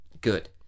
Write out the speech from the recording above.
Good